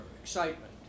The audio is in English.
excitement